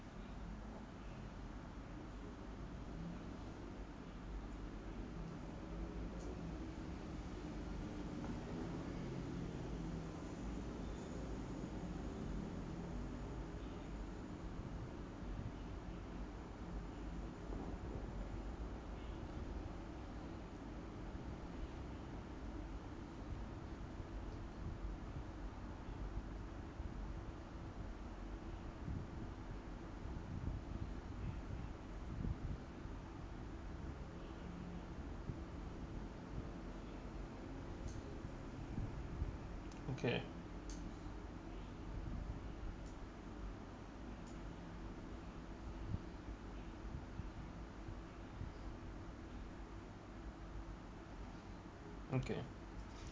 okay okay